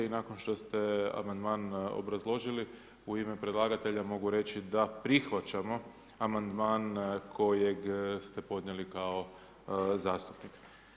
I nakon što ste amandman obrazložili, u ime predlagatelja mogu reći da prihvaćamo amandman kojeg ste podnijeli kao zastupnik.